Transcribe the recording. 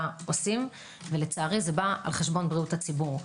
עושים ולצערי זה בא על חשבון בריאות הציבור.